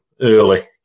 early